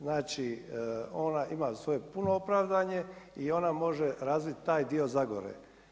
Znači ona ima svoje puno opravdanje i ona može razviti taj dio Zagore.